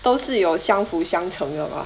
都是有相辅相成的吧